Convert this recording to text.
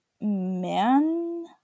man